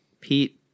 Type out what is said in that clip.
Pete